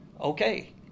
okay